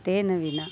तेन विना